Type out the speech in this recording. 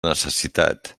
necessitat